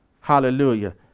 Hallelujah